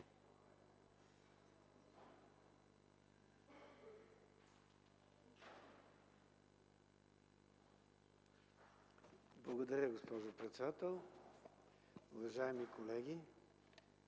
Уважаеми господин председател, уважаеми колеги!